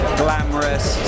glamorous